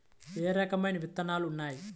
ఏ రకమైన విత్తనాలు ఉన్నాయి?